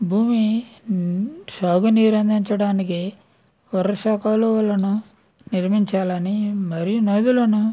భూమి సాగునీరు అందించడానికి వర్షా కాలాలు వలన నిర్మించాలని మరియు నదులను